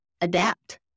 adapt